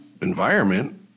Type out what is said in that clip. environment